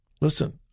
Listen